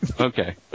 Okay